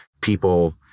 people